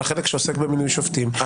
על החלק שעוסק במינוי שופטים,